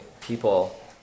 people